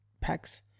packs